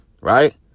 right